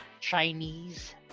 Chinese